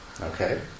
okay